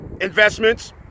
investments